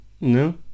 No